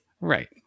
Right